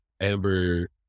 amber